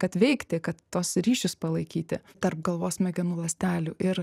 kad veikti kad tuos ryšius palaikyti tarp galvos smegenų ląstelių ir